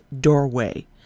doorway